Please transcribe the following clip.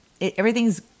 everything's